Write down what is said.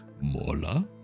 Mola